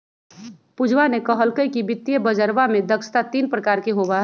पूजवा ने कहल कई कि वित्तीय बजरवा में दक्षता तीन प्रकार के होबा हई